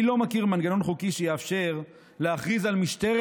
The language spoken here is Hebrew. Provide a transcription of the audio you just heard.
אני לא מכיר מנגנון חוקי שיאפשר להכריז על משטרת